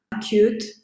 acute